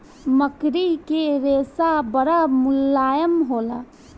मकड़ी के रेशा बड़ा मुलायम होला